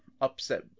upset